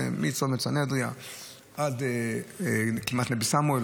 זה מצומת סנהדריה ועד כמעט נבי סמואל,